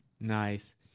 Nice